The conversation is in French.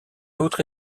autre